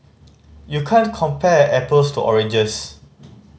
you can't compare apples to oranges